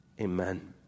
amen